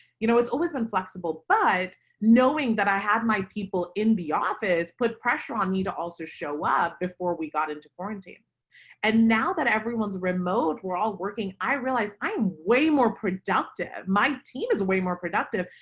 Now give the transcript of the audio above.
you know, it's always been flexible, but knowing that i had my people in the office put pressure on you to also show up before we got into quarantine. shireen jaffer and now that everyone's remote we're all working i realized i'm way more productive. my team is way more productive,